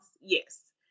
Yes